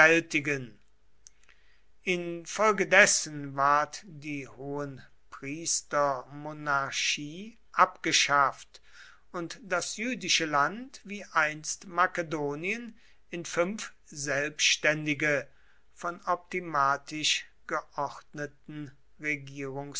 infolgedessen ward die hohenpriestermonarchie abgeschafft und das jüdische land wie einst makedonien in fünf selbständige von optimatisch geordneten